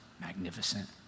magnificent